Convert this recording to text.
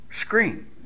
screen